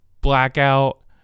blackout